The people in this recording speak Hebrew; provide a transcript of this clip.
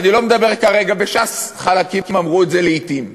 ואני לא מדבר כרגע, בש"ס חלקים אמרו את זה לעתים,